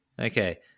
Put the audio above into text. Okay